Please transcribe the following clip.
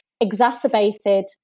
exacerbated